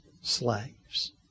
slaves